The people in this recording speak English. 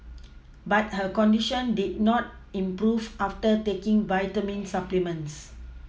but her condition did not improve after taking vitamin supplements